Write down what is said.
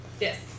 Yes